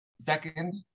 Second